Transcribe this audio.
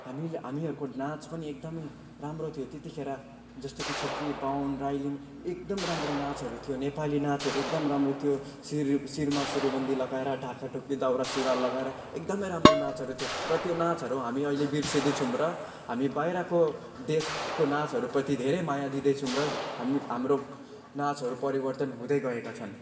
हामीले हामीहरूको नाच पनि एकदमै राम्रो थियो त्यतिखेर जस्तो कि क्षेत्री बाहुन राई लिम्बु एकदम राम्रो नाचहरू थियो नेपाली नाचहरू एकदम राम्रो थियो शिर शिरमा शिरबन्दी लगाएर ढाका टोपी दौरा सुरुवाल लगाएर एकदमै राम्रो नाचहरू थियो र त्यो नाचहरू हामी अहिले बिर्सिँदै छौँ र हामी बाहिरको देशको नाचहरूप्रति धेरै माया दिँदैछौँ र हामी हाम्रो नाचहरू परिवर्तन हुँदै गएका छन्